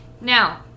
Now